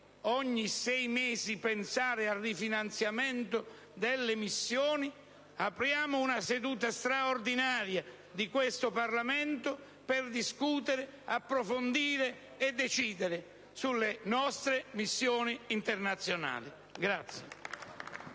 ogni sei mesi al rifinanziamento delle missioni, apriamo una sessione straordinaria di questo Parlamento per discutere, approfondire e decidere sulle nostre missioni internazionali.